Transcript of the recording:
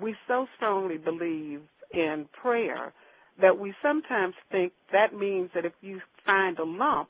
we so strongly believe in prayer that we sometimes think that means that if you find a lump,